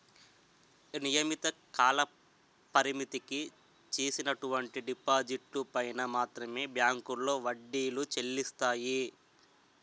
నియమిత కాలపరిమితికి చేసినటువంటి డిపాజిట్లు పైన మాత్రమే బ్యాంకులో వడ్డీలు చెల్లిస్తాయి